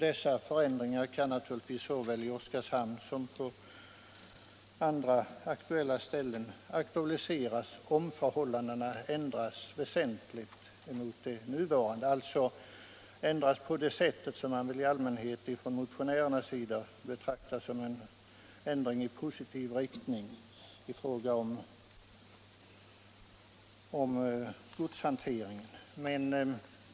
Detsamma gäller i Oskarshamn och på andra ställen om förhållandena ändras väsentligt, dvs. en ur motionärernas synpunkt positiv ändring i fråga om godshanteringen.